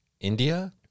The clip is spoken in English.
India